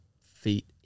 feet